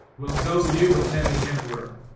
well, go you attend the emperor.